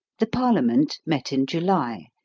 the parliament met in july,